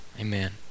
Amen